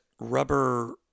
rubber